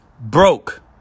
Broke